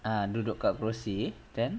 err duduk kat kerusi then